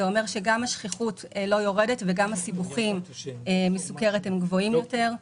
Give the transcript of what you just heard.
זה אומר שגם השכיחות לא יורדת וגם הסיבוכים מסוכרת גבוהים יותר.